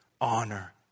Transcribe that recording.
honor